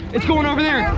it's going over there.